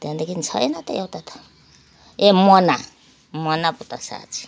त्यहाँदेखि छैन त एउटा त ए मोना मोना पो त साँच्ची